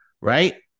right